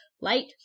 light